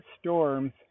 storms